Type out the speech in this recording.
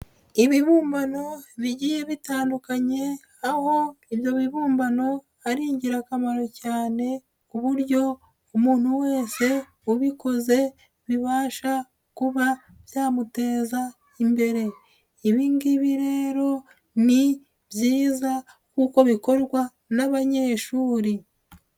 Ibibumbano bigiye bitandukanye aho ibyo bibumbano ari ingirakamaro cyane ku buryo umuntu wese ubikoze bibasha kuba byamuteza imbere, ibi ngibi rero ni byiza kuko bikorwa n'abanyeshuri.